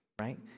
right